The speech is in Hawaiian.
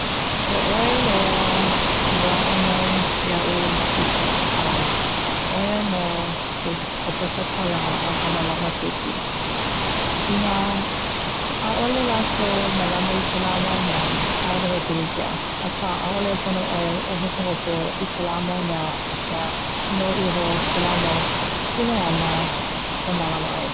ʻO ka ʻoi loa loaʻa mai iaʻu ke kauhā ʻoia no ka pepa kālā aka malama keiki inā ʻaʻole lākou malama i kela mau mea ʻaʻole he pilikia aka ʻaʻole pono ʻoe e hopohopo i kela mau mea no ka mea nou iho kela mau kuleana e malāma ai.